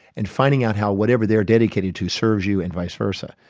and finding out how whatever they're dedicated to serves you and vice versa,